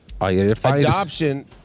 Adoption